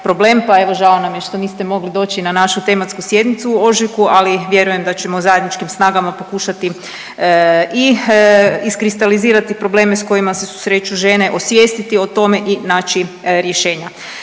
problem pa evo žao nam je što niste mogli doći na našu tematsku sjednicu u ožujku, ali vjerujem da ćemo zajedničkim snagama pokušati i iskristalizirati probleme s kojima se susreću žene, osvijestiti o tome i naći rješenja.